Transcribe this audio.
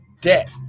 debt